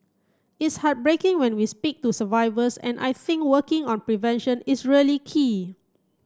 it's heartbreaking when we speak to survivors and I think working on prevention is really key